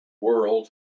world